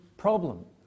Problem